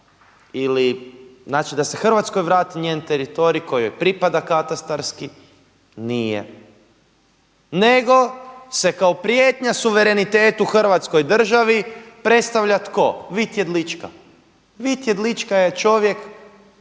ili znači da se Hrvatskoj vrati njen teritorij koji joj pripada katastarski? Nije, nego se kao prijetnja suverenitetu hrvatskoj državi predstavlja tko? Vit Jedlička. Vit Jedlička je čovjek